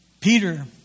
Peter